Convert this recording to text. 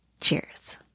Cheers